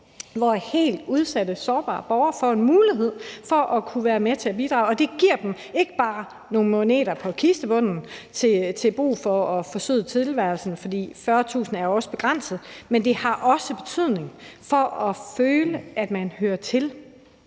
hvor meget udsatte, sårbare borgere får en mulighed for at kunne være med til at bidrage, og det giver dem ikke bare nogle moneter på kistebunden, som de kan bruge til at forsøde tilværelsen – for 40.000 kr. er jo også et begrænset beløb – men har også betydning for, at man føler, at man hører til.